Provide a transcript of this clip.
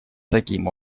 таким